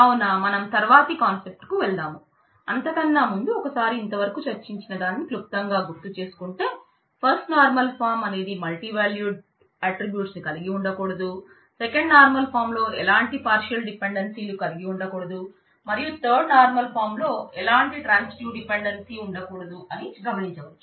కావున మనం తర్వాతి కాన్సెఫ్ట్ లోకి వెళదాం అంతకన్నా ముందు ఒకసారి ఇంతవరకు చర్చించిన దానిని క్లుప్తంగా గుర్తుచేసుకుంటే ఫస్ట్ నార్మల్ ఫాం ఉండకూడదు అని గమనించవచ్చు